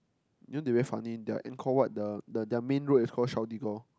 you know they very funny their Angkor-Wat the their main road is called Shaudigor